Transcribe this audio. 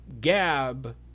gab